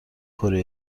کره